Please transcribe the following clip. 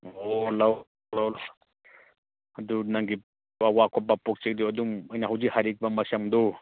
ꯂꯥꯛꯑꯣ ꯂꯥꯛꯑꯣ ꯑꯗꯨ ꯅꯪꯒꯤ ꯑꯗꯨꯝ ꯑꯩꯅ ꯍꯧꯖꯤꯛ ꯍꯥꯏꯔꯤꯕ ꯃꯆꯝꯗꯣ